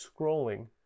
scrolling